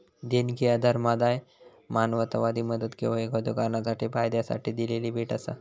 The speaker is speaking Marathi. देणगी ह्या धर्मादाय, मानवतावादी मदत किंवा एखाद्यो कारणासाठी फायद्यासाठी दिलेली भेट असा